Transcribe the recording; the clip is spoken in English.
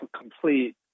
complete